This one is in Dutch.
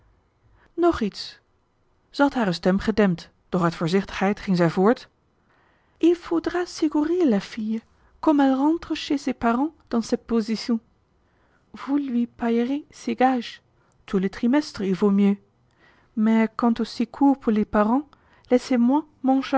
iets zij had hare stem gedempt doch uit voorzichtigheid ging zij voort